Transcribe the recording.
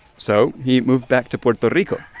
so he moved back to puerto rico,